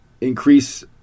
increase